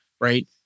right